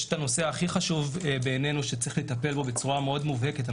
הנושא הכי חשוב בעינינו שצריך לטפל בו בצורה מאוד מובהקת הוא